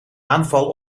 aanval